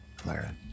Clara